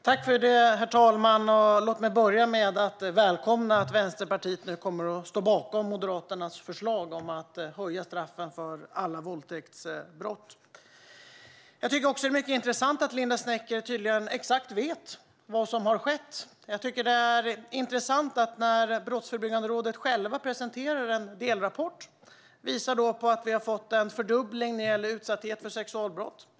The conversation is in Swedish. Herr talman! Låt mig börja med att välkomna att Vänsterpartiet nu kommer att stå bakom Moderaternas förslag om att höja straffen för alla våldtäktsbrott. Det är också intressant att Linda Snecker tydligen exakt vet vad som har skett. Brottsförebyggande rådet har självt presenterat en delrapport som visar på en fördubbling när det gäller utsattheten för sexualbrott.